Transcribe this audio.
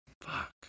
Fuck